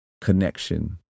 connection